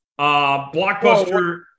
Blockbuster –